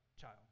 child